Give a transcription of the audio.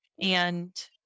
And-